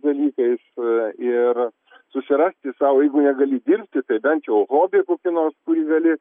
dalykais ir susirasti sau jeigu negali dirbti tai bent jau hobį kokį nors gali